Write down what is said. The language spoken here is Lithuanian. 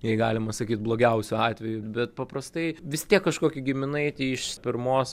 jei galima sakyt blogiausiu atveju bet paprastai vis tiek kažkokį giminaitį iš pirmos